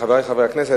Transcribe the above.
חברי חברי הכנסת,